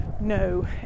no